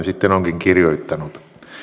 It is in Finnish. sitten onkin kirjoittanut